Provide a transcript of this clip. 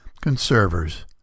conservers